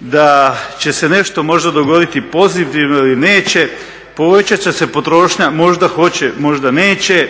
da će se nešto možda dogoditi pozitivno ili neće, povećat će se potrošnja, možda hoće, možda neće,